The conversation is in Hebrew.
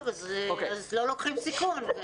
טוב, אז לא לוקחים סיכון.